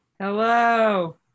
Hello